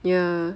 ya